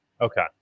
Okay